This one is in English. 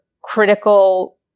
critical